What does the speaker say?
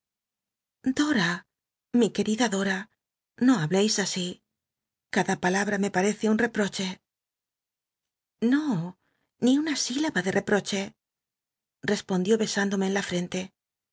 dora mi querida dora no hableis así cada palabra me par ecc un reptoche no ni una sílaba de reproche respondió licsándome en la frente